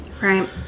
Right